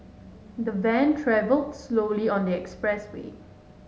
the van travelled slowly on the expressway